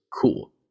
cool